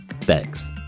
Thanks